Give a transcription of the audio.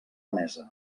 mesa